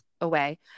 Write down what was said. away